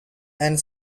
and